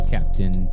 Captain